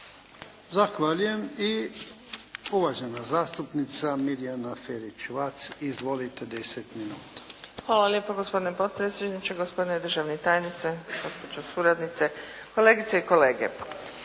Zahvaljujem. I uvažena zastupnica Mirjana Ferić-Vac. Izvolite, 10 minuta. **Ferić-Vac, Mirjana (SDP)** Hvala lijepa. Gospodine potpredsjedniče, gospodine državni tajniče, gospođo suradnice, kolegice i kolege.